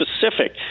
specific